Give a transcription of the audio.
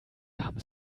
haben